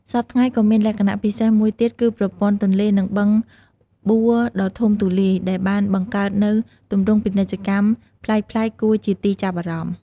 សព្វថ្ងៃក៏មានលក្ខណៈពិសេសមួយទៀតគឺប្រព័ន្ធទន្លេ និងបឹងបួដ៏ធំទូលាយ ដែលបានបង្កើតនូវទម្រង់ពាណិជ្ជកម្មប្លែកៗគួរជាទីចាប់អារម្មណ៍។